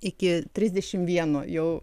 iki trisdešim vieno jau